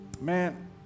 man